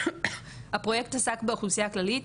הפרויקט עסק באוכלוסייה הכללית,